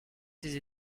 ses